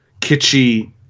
kitschy